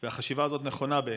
והחשיבה הזאת נכונה בעיניי,